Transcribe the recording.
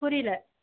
புரியல